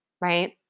right